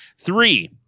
three